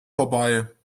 vorbei